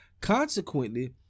Consequently